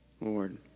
Lord